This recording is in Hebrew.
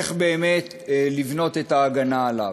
איך באמת לבנות את ההגנה עליו.